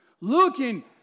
Looking